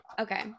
Okay